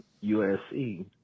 U-S-E